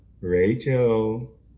Rachel